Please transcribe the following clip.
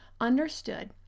understood